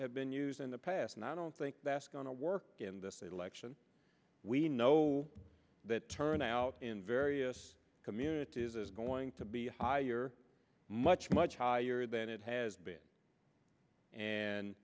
have been used in the past and i don't think that's going to work in this election we know that turnout in various communities is going to be much much higher than it has been and